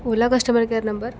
ola customer care number